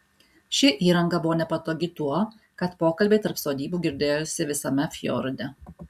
ši įranga buvo nepatogi tuo kad pokalbiai tarp sodybų girdėjosi visame fjorde